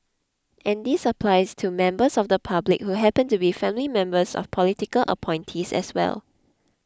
and this applies to members of the public who happen to be family members of political appointees as well